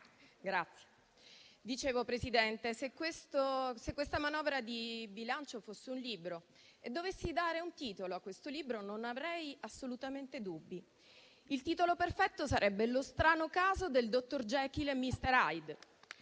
Come dicevo, se questa manovra di bilancio fosse un libro e dovessi dare un titolo a questo libro, non avrei assolutamente dubbi. Il titolo perfetto sarebbe: «Lo strano caso del Dr. Jekyll e Mr. Hyde»